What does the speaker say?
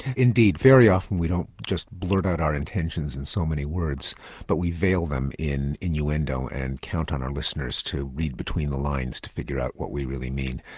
indeed, very often we don't just blurt out our intentions in so many words but we veil them in innuendo and count on our listeners to read between the lines to figure out what we really mean.